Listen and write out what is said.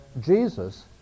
Jesus